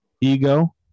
Ego